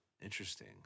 Interesting